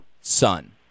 sun